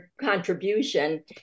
contribution